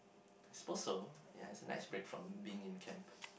suppose so ya it's a nice break from being in camp